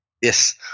Yes